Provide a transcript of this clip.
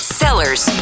sellers